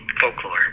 folklore